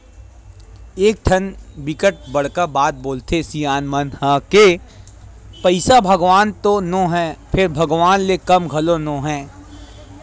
एकठन बिकट बड़का बात बोलथे सियान मन ह के पइसा भगवान तो नो हय फेर भगवान ले कम घलो नो हय